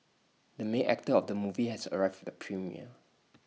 the main actor of the movie has arrived premiere